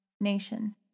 nation